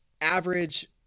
average